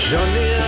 Johnny